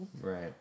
right